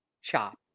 shop